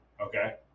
Okay